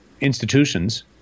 institutions